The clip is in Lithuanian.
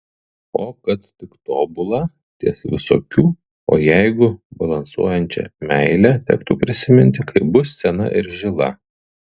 o kad tik tobulą ties visokių o jeigu balansuojančią meilę tektų prisiminti kai bus sena ir žila